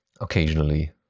occasionally